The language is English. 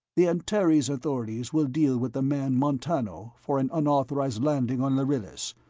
the antares authorities will deal with the man montano for an unauthorized landing on lharillis,